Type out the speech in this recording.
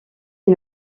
est